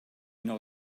know